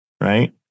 right